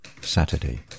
Saturday